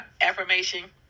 affirmation